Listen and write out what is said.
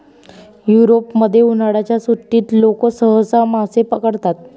युरोपमध्ये, उन्हाळ्याच्या सुट्टीत लोक सहसा मासे पकडतात